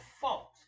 fault